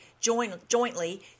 jointly